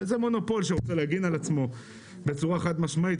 זה מונופול שרוצה להגן על עצמו בצורה חד משמעית.